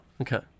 Okay